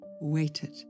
waited